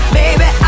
baby